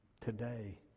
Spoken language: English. Today